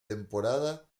temporada